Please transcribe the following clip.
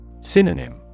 Synonym